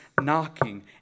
knocking